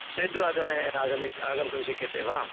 षड् वादने आगमित् आगन्तुं शक्यते वा